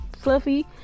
fluffy